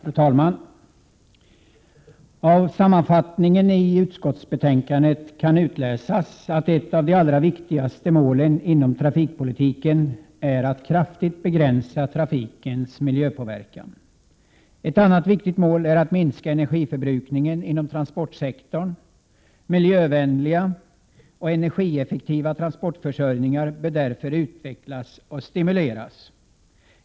Fru talman! Av sammanfattningen i utskottsbetänkandet kan utläsas att ett av de allra viktigaste målen inom trafikpolitiken är att kraftigt begränsa trafikens miljöpåverkan. Ett annat viktigt mål är att minska energiförbrukningen inom transportsektorn. Miljövänliga och energieffektiva transportförsörjningar bör därför utvecklas och stimuleras.